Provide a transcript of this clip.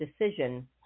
decision